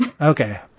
Okay